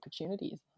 opportunities